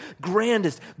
grandest